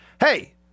Hey